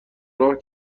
راه